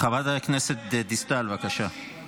היית